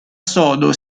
sodo